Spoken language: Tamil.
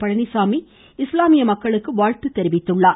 பழனிச்சாமி இஸ்லாமிய மக்களுக்கு வாழ்த்து தெரிவித்திருக்கிறார்